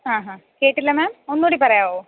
ആഹാ കേട്ടില്ല മാം ഒന്നുകൂടി പറയാമോ